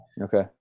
Okay